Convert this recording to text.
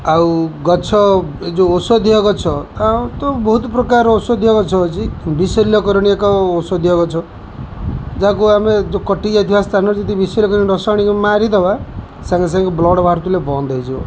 ଆଉ ଗଛ ଏ ଯେଉଁ ଔଷଧୀୟ ଗଛ ତ ବହୁତ ପ୍ରକାର ଔଷଧୀୟ ଗଛ ଅଛି ବିଶଲ୍ୟକରଣୀ ଏକ ଔଷଧୀୟ ଗଛ ଯାହାକୁ ଆମେ ଯେଉଁ କଟିଯାଇଥିବା ସ୍ଥାନରେ ଯଦି ବିଶଲ୍ୟକରଣୀ ରସ ଆଣିକି ମାରିଦେବା ସାଙ୍ଗେ ସାଙ୍ଗେ ବ୍ଲଡ଼୍ ବାହାରୁଥିଲେ ବନ୍ଦ ହୋଇଯିବ